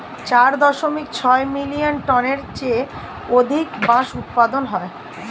চার দশমিক ছয় মিলিয়ন টনের চেয়ে অধিক বাঁশ উৎপাদন হয়